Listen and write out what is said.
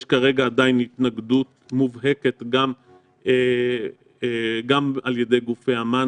יש כרגע עדיין התנגדות מובהקת גם על ידי גופי אמ"ן